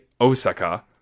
Osaka